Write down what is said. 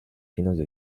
finances